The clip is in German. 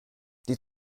die